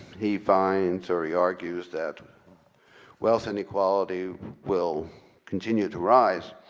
he finds or he argues that wealth and equality will continue to rise.